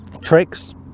tricks